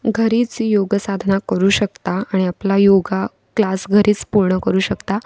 घरीच योग साधना करू शकता आणि आपला योगा क्लास घरीच पूर्ण करू शकता